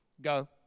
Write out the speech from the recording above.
go